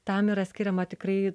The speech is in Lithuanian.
tam yra skiriama tikrai